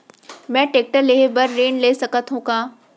मैं टेकटर लेहे बर ऋण ले सकत हो का?